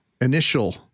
initial